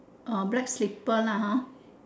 a black slipper lah hor